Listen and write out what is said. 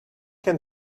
can